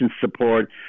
support